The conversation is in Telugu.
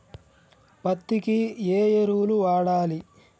పత్తి కి ఏ ఎరువులు వాడాలి?